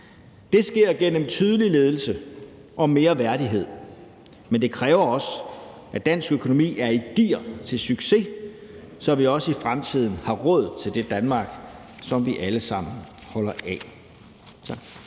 Det sker gennem tydelig ledelse og mere værdighed, men det kræver også, at dansk økonomi er i gear til succes, så vi også i fremtiden har råd til det Danmark, som vi alle sammen holder af.